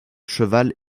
cheval